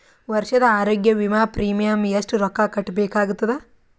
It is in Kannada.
ವರ್ಷದ ಆರೋಗ್ಯ ವಿಮಾ ಪ್ರೀಮಿಯಂ ಎಷ್ಟ ರೊಕ್ಕ ಕಟ್ಟಬೇಕಾಗತದ?